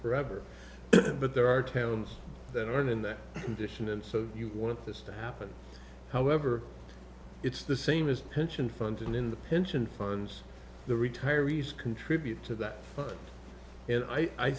forever but there are towns that aren't in that condition and so you want this to happen however it's the same as pension funds and in the pension funds the retirees contribute to that and i